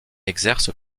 exerce